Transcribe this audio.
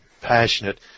passionate